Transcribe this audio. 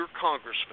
congressman